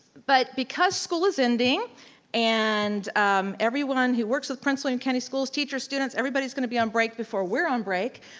but because school is ending and everyone who works with prince william county schools, teachers, students, everybody's gonna be on break before we're on break,